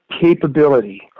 capability